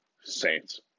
Saints